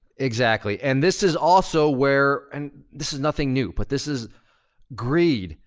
exactly. and this is also where, and this is nothing new. but this is greed.